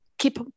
keep